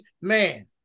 man